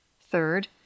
third